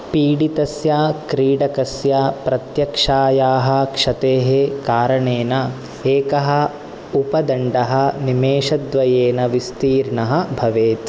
पीडितस्य क्रीडकस्य प्रत्यक्षायाः क्षतेः कारणेन एकः उपदण्डः निमेषद्वयेन विस्तीर्णः भवेत्